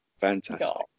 Fantastic